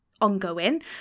ongoing